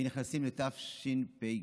ונכנסים לתשפ"ג.